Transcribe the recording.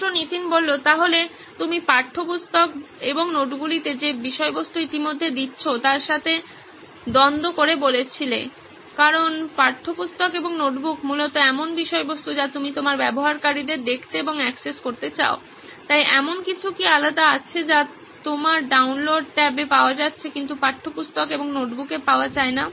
ছাত্র নীতিন তাহলে তুমি পাঠ্যপুস্তক এবং নোটবুকগুলিতে যে বিষয়বস্তু ইতিমধ্যে দিচ্ছেন তার সাথে দ্বন্দ্ব করে বলেছিলেন কারণ পাঠ্যপুস্তক এবং নোটবুক মূলত এমন বিষয়বস্তু যা তুমি তোমার ব্যবহারকারীদের দেখতে এবং অ্যাক্সেস করতে চাও তাই এমন কিছু কি আলাদা আছে যা তোমার ডাউনলোড ট্যাবে পাওয়া যাচ্ছে কিন্তু পাঠ্যপুস্তক এবং নোটবুকে পাওয়া যায় না